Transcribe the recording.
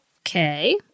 Okay